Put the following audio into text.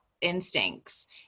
instincts